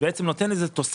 בעצם, זה נותן תוספת.